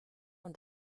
und